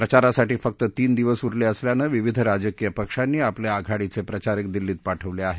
प्रचारासाठी फक्त तीन दिवस उरले असल्यानं विविध राजकीय पक्षांनी आपले आघाडीचे प्रचारक दिल्लीत पाठवले आहेत